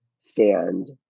stand